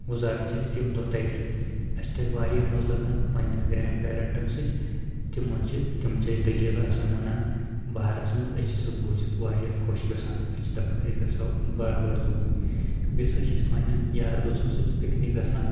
گُزارَان چھِ أسۍ تِم دۄہ تٔتی اَسہِ چھِ تَتہِ واریاہ مزٕ لگان پننؠن گرینٛڈ پیرنٹن سۭتۍ تِمن چھِ تِم چھِ اَسہِ دلیل آسان ونان بارس منٛز أسۍ چھِ سہُ بوٗزِتھ واریاہ خۄش گژھان أسۍ چھِ دپان أسۍ گژھو بار بار توٗرۍ بیٚیہِ ہسا چھِ أسۍ پننؠن یار دوسن سۭتۍ پِکنِک گَژھان